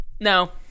No